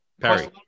Perry